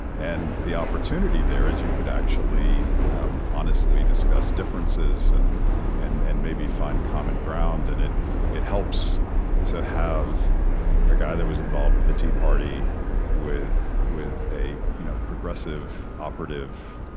and the opportunity there is that you could actually honestly discuss differences and and and maybe find common ground. and it it helps to have a guy that was involved with the tea party with with a you know progressive operative